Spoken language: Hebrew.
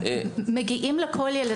--- מגיעים לכל ילד.